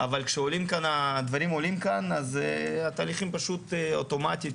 אבל כשהדברים עולים כאן אז התהליכים פשוט אוטומטית,